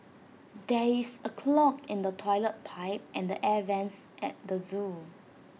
there is A clog in the Toilet Pipe and air Vents at the Zoo